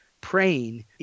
praying